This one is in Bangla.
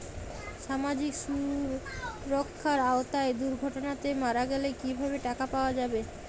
সামাজিক সুরক্ষার আওতায় দুর্ঘটনাতে মারা গেলে কিভাবে টাকা পাওয়া যাবে?